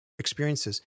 experiences